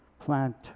plant